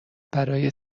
برای